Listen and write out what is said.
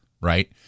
Right